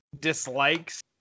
dislikes